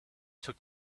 took